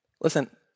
Listen